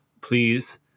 please